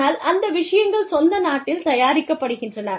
ஆனால் அந்த விஷயங்கள் சொந்த நாட்டில் தயாரிக்கப்படுகின்றன